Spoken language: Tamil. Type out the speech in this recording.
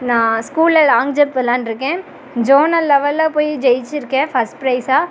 நான் ஸ்கூலில் லாங் ஜம்ப் விளையாண்டுருக்கன் ஜோனல் லெவலில் போய் ஜெயித்து இருக்கேன் ஃபர்ஸ்ட் ப்ரைஸ்சாக